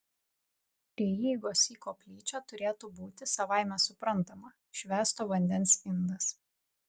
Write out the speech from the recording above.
prie įeigos į koplyčią turėtų būti savaime suprantama švęsto vandens indas